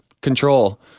control